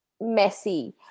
messy